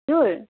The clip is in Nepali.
हजुर